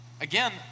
Again